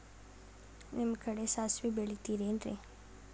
ನಿಮ್ಮ ಕಡೆ ಸಾಸ್ವಿ ಬೆಳಿತಿರೆನ್ರಿ?